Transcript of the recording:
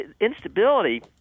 instability